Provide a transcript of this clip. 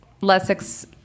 less